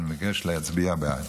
אני מבקש להצביע בעד.